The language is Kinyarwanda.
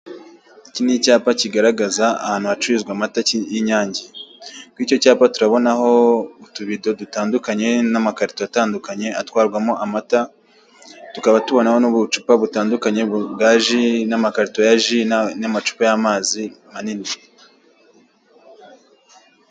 Iki ni icyapa kigarahaza ahantu hacururizwa amata y'inyange, ku icyo cyapa turabonaho utubido dutandukanye, n'amakarito atandukanye atwarwamo amata, tukaba tubonaho n'ubucupa dutandukanye bwa ji n'amakarito ya ji, n'amacupa y'amazi manini.